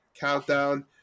Countdown